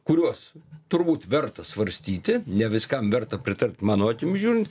kuriuos turbūt verta svarstyti ne viskam verta pritarti mano akim žiūrint